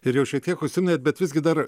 ir jau šiek tiek užsiminėt bet visgi dar